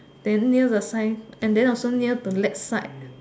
then near the sign and then also near the lake side